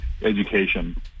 education